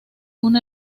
una